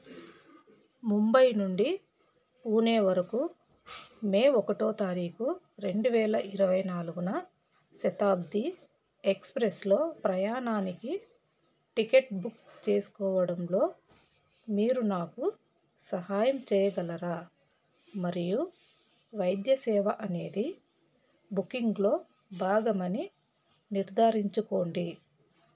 ముంబై నుండి పూణే వరకు మే ఒకటవ తారీఖు రెండు వేల ఇరవై నాలుగు శతాబ్ది ఎక్స్ప్రెస్లో ప్రయాణానికి టికెట్ బుక్ చేసుకోవడంలో మీరు నాకు సహాయం చేయగలరా మరియు వైద్య సేవ అనేది బుకింగ్లో భాగం అని నిర్ధారించుకోండి